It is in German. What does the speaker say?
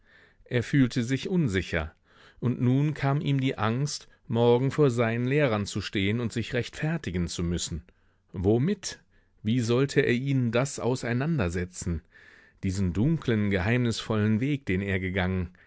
er fühlte sich unsicher und nun kam ihm die angst morgen vor seinen lehrern zu stehen und sich rechtfertigen zu müssen womit wie sollte er ihnen das auseinandersetzen diesen dunklen geheimnisvollen weg den er gegangen